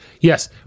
Yes